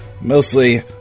mostly